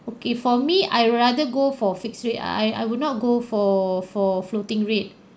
okay for me I rather go for fixed rate I I would not go for for floating rate